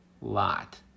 lot